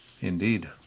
Indeed